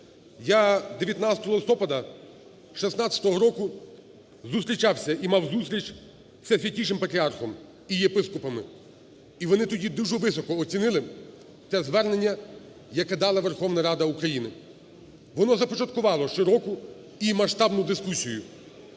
Я 19 листопада 16-го року зустрічався і мав зустріч зі Святішим Патріархом і епіскопами, і вони тоді дуже високо оцінили те звернення, яке дала Верховна Рада України. Воно започаткувало щороку і масштабну дискусію.